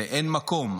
ואין מקום.